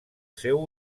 seu